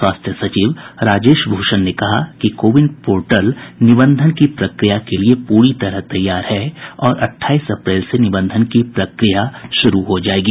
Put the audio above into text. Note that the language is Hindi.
स्वास्थ्य सचिव राजेश भूषण ने कहा कि कोविन पोर्टल निबंधन की प्रक्रिया के लिए पूरी तरह तैयार हो गया है और अट्ठाईस अप्रैल से निबंधन की प्रक्रिया शुरू हो जायेगी